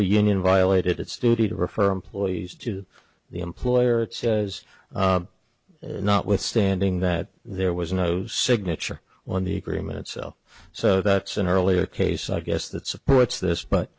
the union violated its duty to refer employees to the employer it says notwithstanding that there was no signature on the agreement itself so that's an earlier case i guess that supports this but